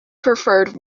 preferred